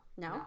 no